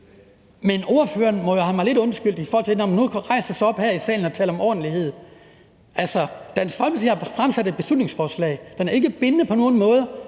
Men ordføreren må jo have mig lidt undskyldt, når man nu rejser sig op her i salen og taler om ordentlighed. Altså, Dansk Folkeparti har fremsat et beslutningsforslag, som ikke er bindende på nogen måder.